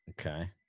okay